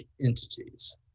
entities